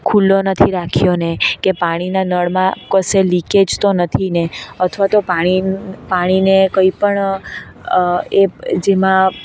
ખૂલ્લો નથી રાખ્યોને કે પાણી ના નળમાં કશે લીકેજ તો નથી ને અથવા તો પાણી પાણીને કંઇ પણ એ જેમાં